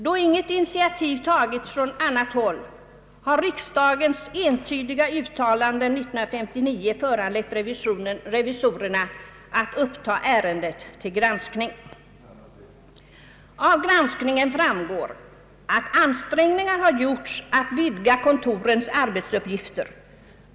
Då inget initiativ tagits från annat håll, har riksdagens entydiga uttalande 1959 föranlett revisorerna att uppta ärendet till granskning. Av granskningen framgår att ansträngningar gjorts att vidga kontorens arbetsuppgifter.